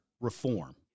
reform